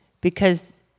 because-